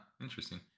interesting